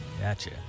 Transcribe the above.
Gotcha